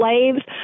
Slaves